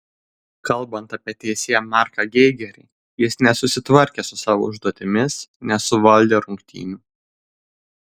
kalbant apie teisėją marką geigerį jis nesusitvarkė su savo užduotimis nesuvaldė rungtynių